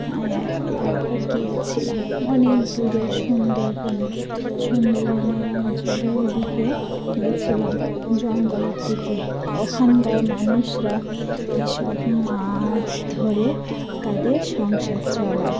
একবার গিয়েছিলাম অনেক দূরে সুন্দরবনে সুন্দরবনে অঞ্চলের ওই দিকে গিয়েছিলাম জঙ্গলের দিকে ওখানকার মানুষরা এসব মাছ ধরে তাদের সংসার চালায়